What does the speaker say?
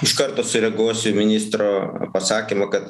iš karto sureaguos į ministro pasakymą kad